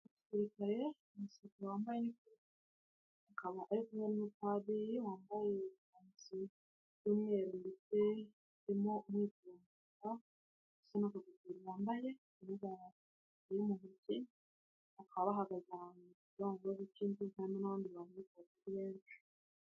Umusirikare, ni umusirikare wambaye iniforume, akaba ari kumwe n'umupadiri wambaye ikanzu y'umweru ndetse irimo umwitero utukura, ndetse wambaye n'akagofero kari mu ibara ritukura, bakaba bahagaze mu kirongo cy'imbuga n'abandi bantu barimo hepfo.